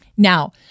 Now